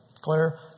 Claire